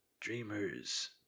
dreamers